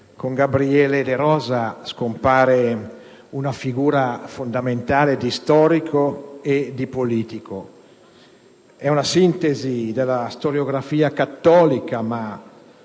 con Gabriele De Rosa scompare una figura fondamentale di storico e di politico. È una sintesi della storiografia cattolica, ma